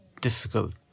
difficult